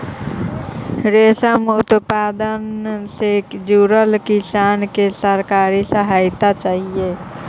रेशम उत्पादन से जुड़ल किसान के सरकारी सहायता चाहि